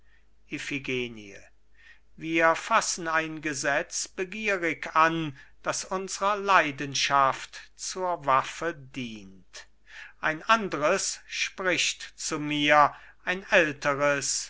wir fassen ein gesetz begierig an das unsrer leidenschaft zur waffe dient ein andres spricht zu mir ein